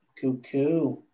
Cuckoo